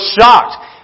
shocked